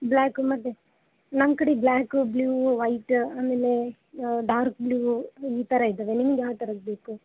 black ಮತ್ತೆ ನಮ್ಮಕಡೆ black blue white ಆಮೇಲೆ ಡಾರ್ಕ್ ಬ್ಲೂ ಈ ಥರ ಇದ್ದಾವೆ ನಿಮ್ಗೆ ಯಾವ ಥರದ್ದು ಬೇಕು